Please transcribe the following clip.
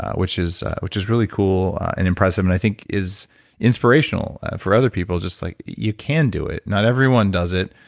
which is which is really cool and impressive. and i think is inspirational for other people, just like you can do it not everyone does it,